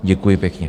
Děkuji pěkně.